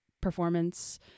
performance